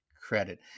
credit